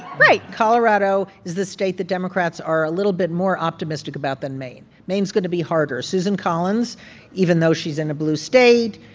right colorado is the state the democrats are a little bit more optimistic about than maine. maine's going to be harder. susan collins even though she's in a blue state,